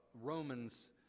Romans